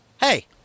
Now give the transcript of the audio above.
Hey